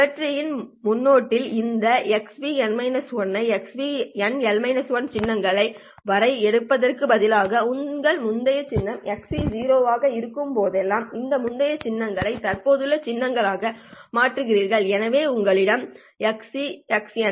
சுழற்சியின் முன்னொட்டில் இந்த xp ஐ xp n சின்னங்கள் வரை எடுப்பதற்கு பதிலாக உங்கள் முந்தைய சின்னம் xc ஆக இருக்கும்போதெல்லாம் இந்த முந்தைய சின்னங்களை தற்போதைய சின்னங்களால் மாற்றியமைக்கிறீர்கள் எனவே உங்களிடம் xc xc n